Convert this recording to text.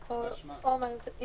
שלום, אני